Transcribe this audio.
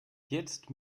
jetzt